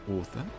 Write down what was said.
author